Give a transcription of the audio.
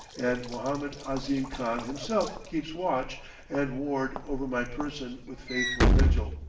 and mohammed ahzim khan himself keeps watch and ward over my person with faithful vigil.